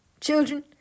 children